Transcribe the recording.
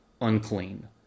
unclean